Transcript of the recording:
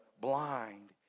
blind